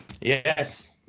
Yes